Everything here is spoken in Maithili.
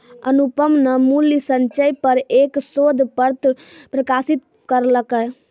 अनुपम न मूल्य संचय पर एक शोध पत्र प्रकाशित करलकय